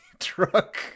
truck